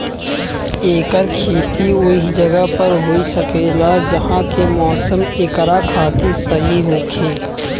एकर खेती ओहि जगह पर हो सकेला जहा के मौसम एकरा खातिर सही होखे